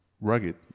rugged